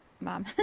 mom